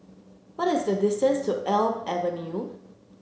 what is the distance to Elm Avenue